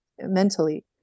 mentally